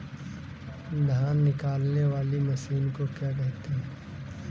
धान निकालने वाली मशीन को क्या कहते हैं?